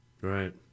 Right